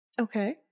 Okay